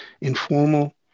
informal